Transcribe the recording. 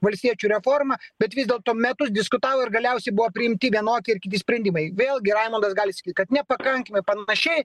valstiečių reformą bet vis dėlto metus diskutavo ir galiausiai buvo priimti vienokie ar kiti sprendimai vėlgi raimundas gali sakyt kad nepakankamai panašiai